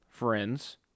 friends